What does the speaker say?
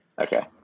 Okay